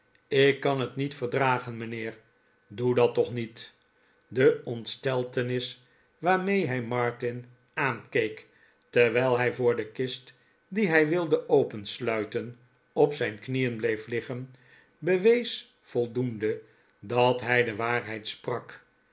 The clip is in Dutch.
ik kan het niet verdragen mijnheer doe dat toch niet de ontsteltenis waarmee hij martin aankeek terwijl hij voor de kist die hij wilde opensluiten op zijn knieen bleef liggen bewees voldoende dat hij de waarheid sprak